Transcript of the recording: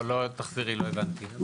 לא הבנתי.